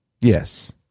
Yes